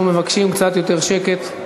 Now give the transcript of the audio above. אנחנו מבקשים קצת יותר שקט.